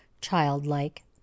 childlike